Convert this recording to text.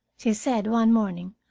she said one morning,